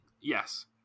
yes